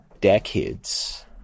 decades